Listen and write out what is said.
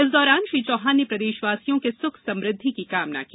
इस दौरान श्री चौहान ने प्रदेशवासियों के सुख समृद्धि की कामना की